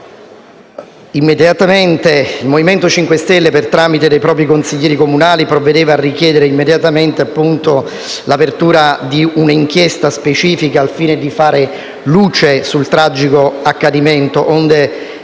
il MoVimento 5 Stelle, per tramite dei propri consiglieri comunali, provvedeva a richiedere l'apertura di un'inchiesta specifica al fine di fare luce sul tragico accadimento, onde verificare